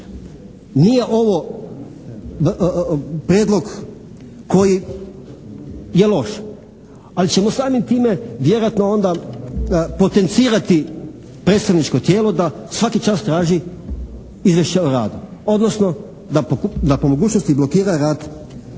Nije ovo prijedlog koji je loš, ali ćemo samim time vjerojatno onda potencirati predstavničko tijelo da svaki čas traži izvješće o radu, odnosno da po mogućnosti blokira rad